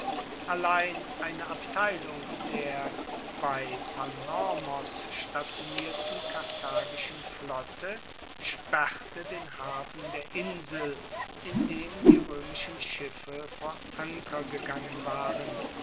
allein eine abteilung der bei panormos stationierten karthagischen flotte sperrte den hafen der insel in dem die roemischen schiffe vor anker gegangen waren